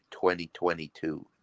2022